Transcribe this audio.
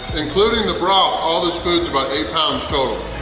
including the broth, all this food's about eight pounds total.